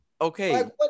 Okay